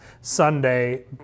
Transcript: Sunday